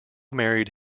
married